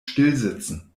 stillsitzen